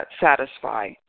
satisfy